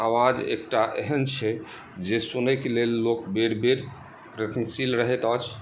आवाज एकटा एहन छै जे सुनयके लेल लोक बेर बेर प्रतिशील रहैत अछि